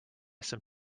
some